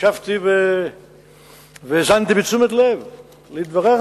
ישבתי והאזנתי בתשומת לב לדבריך,